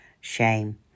shame